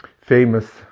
famous